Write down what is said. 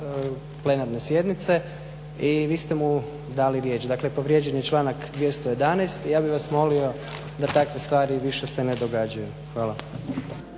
plenarne sjednice i vi ste mu dali riječ. Dakle, povrijeđen je članak 211. i ja bih vas molio da takve stvari više se ne događaju. Hvala.